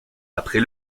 après